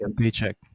Paycheck